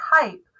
type